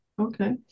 Okay